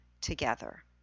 together